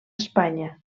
espanya